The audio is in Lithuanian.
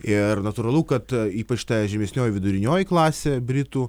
ir natūralu kad ypač žemesnioji vidurinioji klasė britų